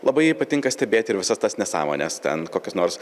labai patinka stebėti ir visas tas nesąmones ten kokios nors